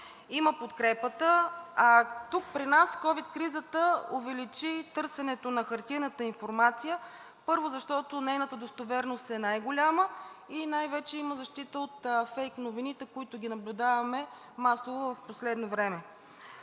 има подкрепата, а тук при нас ковид кризата увеличи търсенето на хартиената информация, първо, защото нейната достоверност е най-голяма и най-вече има защита от фейк новините, които наблюдаваме масово в последно време.